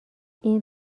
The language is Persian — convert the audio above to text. این